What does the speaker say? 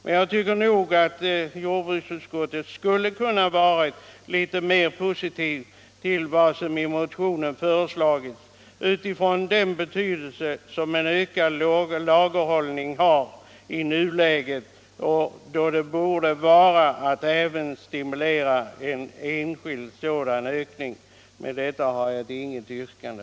Men jag tycker nog att jordbruksutskottet hade kunnat vara litet mer positivt till vad som i motionen föreslagits med hänsyn till den betydelse en ökning av oljelagerhållningen har i nuläget. Då borde det vara angeläget att även stimulera till enskild sådan ökning. Jag har inget yrkande.